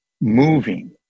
moving